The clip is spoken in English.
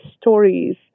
stories